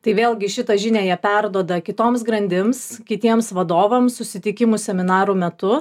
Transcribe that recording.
tai vėlgi šitą žinią jie perduoda kitoms grandims kitiems vadovams susitikimų seminarų metu